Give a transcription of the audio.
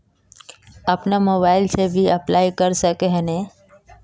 अपन मोबाईल से भी अप्लाई कर सके है नय?